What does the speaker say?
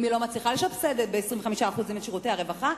אם היא לא מצליחה לסבסד ב-25% את שירותי הרווחה,